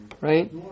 right